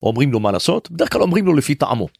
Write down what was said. אומרים לו מה לעשות, דרך כלל אומרים לו לפי טעמו.